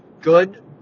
good